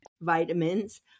vitamins